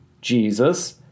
Jesus